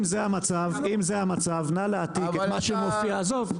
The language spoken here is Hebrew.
זה המצב נא להעתיק את מה שמופיע --- אבל אתה --- עזוב,